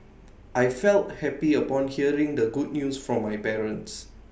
I felt happy upon hearing the good news from my parents